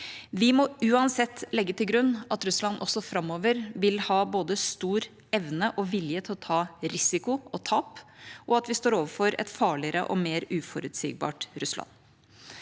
Vi må uansett legge til grunn at Russland også framover vil ha både stor evne og vilje til å ta risiko og tap, og at vi står overfor et farligere og mer uforutsigbart Russland.